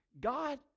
God